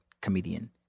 comedian